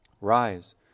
Rise